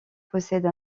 possède